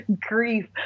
grief